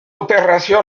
opération